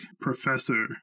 professor